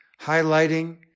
highlighting